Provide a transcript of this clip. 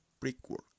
brickwork